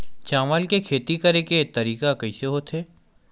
चावल के खेती करेके तरीका कइसे होथे?